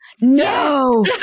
no